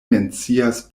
mencias